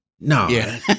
No